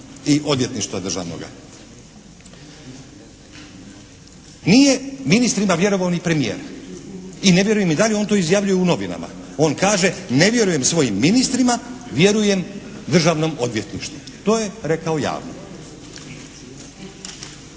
i Odvjetništva državnoga. Nije ministrima vjerovao ni premijer. I ne vjerujem i dalje on to izjavljuje u novinama. On kaže: "Ne vjerujem svojim ministrima, vjerujem Državnom odvjetništvu.", to je rekao javno.